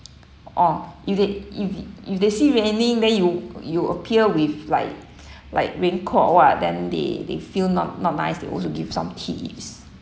oh if they if it if they see raining then you you appear with like like raincoat or what then they they feel not not nice they also give some tips